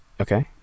Okay